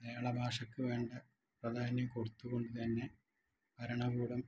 മലയാള ഭാഷക്ക് വേണ്ട പ്രധാന്യം കൊടുത്തുകൊണ്ട് തന്നെ ഭരണകൂടം